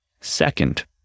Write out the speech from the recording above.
Second